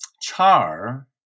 Char